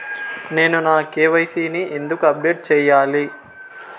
నేను నా కె.వై.సి ని ఎందుకు అప్డేట్ చెయ్యాలి?